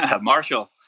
Marshall